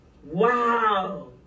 Wow